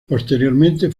posteriormente